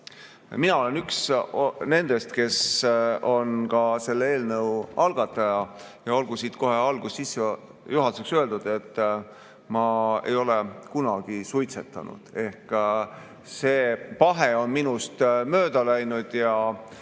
mina olen üks nendest, kes on selle eelnõu algataja. Ja olgu kohe alguses sissejuhatuseks öeldud, et ma ei ole kunagi suitsetanud. See pahe on minust mööda läinud.